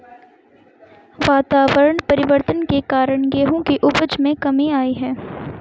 वातावरण परिवर्तन के कारण गेहूं की उपज में कमी आई है